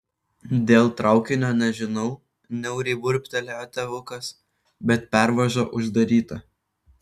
dėl traukinio nežinau niauriai burbtelėjo tėvukas bet pervaža uždaryta